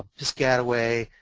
piscataway,